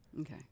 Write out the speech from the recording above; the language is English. Okay